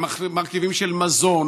מרכיבים של מזון,